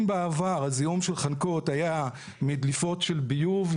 אם בעבר הזיהום של חנקות היה מדליפות של ביוב,